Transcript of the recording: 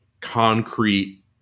concrete